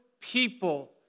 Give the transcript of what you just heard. people